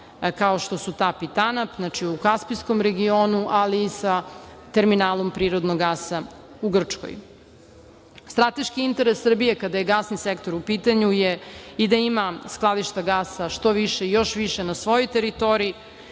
kao što su Tap i Tanap, znači u kaspijskom regionu, ali i sa terminalom prirodnog gasa u Grčkoj. Strateški interes Srbije kada je gasni sektor u pitanju je da i da ima skladišta gasa što više i još više na svojoj teritoriji.